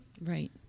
right